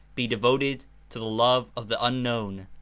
be devoted to the love of the unknown,